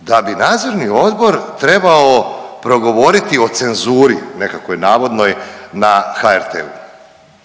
da bi nadzorni odbor trebao progovoriti o cenzuri nekakvoj navodnoj na HRT-u.